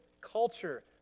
culture